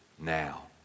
now